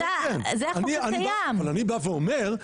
אבל אני בא ואומר,